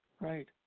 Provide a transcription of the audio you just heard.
Right